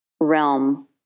realm